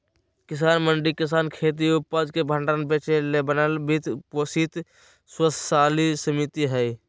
किसान मंडी किसानखेती उपज के भण्डार बेचेले बनाल वित्त पोषित स्वयात्तशासी समिति हइ